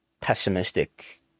pessimistic